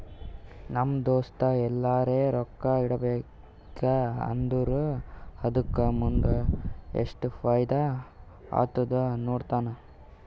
ನಮ್ ದೋಸ್ತ ಎಲ್ಲರೆ ರೊಕ್ಕಾ ಇಡಬೇಕ ಅಂದುರ್ ಅದುಕ್ಕ ಮುಂದ್ ಎಸ್ಟ್ ಫೈದಾ ಆತ್ತುದ ನೋಡ್ತಾನ್